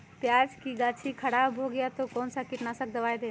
प्याज की गाछी खराब हो गया तो कौन सा कीटनाशक दवाएं दे?